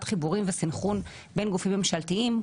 חיבורים וסינכרון בין גופים ממשלתיים,